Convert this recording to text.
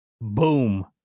Boom